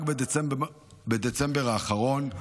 רק בדצמבר האחרון,